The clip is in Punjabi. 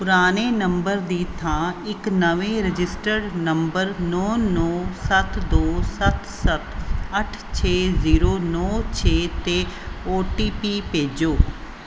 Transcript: ਪੁਰਾਣੇ ਨੰਬਰ ਦੀ ਥਾਂ ਇੱਕ ਨਵੇਂ ਰਜਿਸਟਰਡ ਨੰਬਰ ਨੌਂ ਨੌਂ ਸੱਤ ਦੋ ਸੱਤ ਸੱਤ ਅੱਠ ਛੇ ਜ਼ੀਰੋ ਨੌਂ ਛੇ 'ਤੇ ਓ ਟੀ ਪੀ ਭੇਜੋ